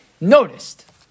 noticed